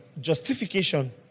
justification